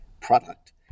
product